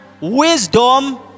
wisdom